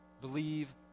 Believe